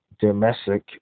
domestic